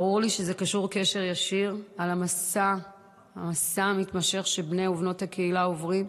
ברור לי שזה קשור בקשר ישיר במסע המתמשך שבני ובנות הקהילה עוברים.